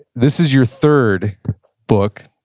this is your third book,